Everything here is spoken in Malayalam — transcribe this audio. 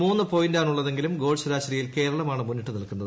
മൂന്ന് പോയിന്റാണുള്ളതെങ്കിലും ഗോൾ ശരാശരിയിൽ കേരളമാണ് മുന്നിട്ട് നിൽക്കുന്നത്